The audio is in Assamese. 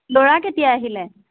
ল'ৰা কেতিয়া আহিলে